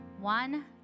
One